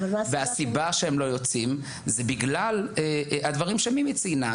והסיבה שהם לא יוצאים זה בגלל הדברים שמימי ציינה,